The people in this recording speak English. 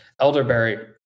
Elderberry